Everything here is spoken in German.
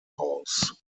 aus